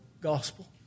gospel